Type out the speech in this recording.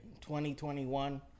2021